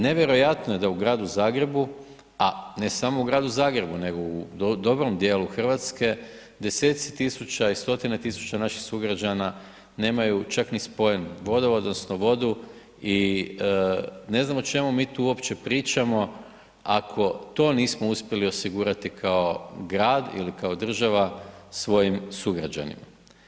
Nevjerojatno je da u Gradu Zagrebu, a ne samo u Gradu Zagrebu nego u dobrom dijelu Hrvatske 10-tci tisuća i 100-tine tisuća naših sugrađana nemaju čak ni spojen vodovod odnosno vodu i ne znam o čemu mi tu uopće pričamo ako to nismo uspjeli osigurati kao grad ili kao država svojim sugrađanima.